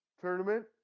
tournament